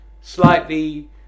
slightly